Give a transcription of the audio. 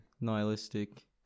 nihilistic